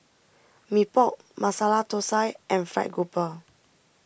Mee Pok Masala Thosai and Fried Grouper